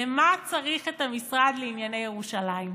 למה צריך את המשרד לענייני ירושלים?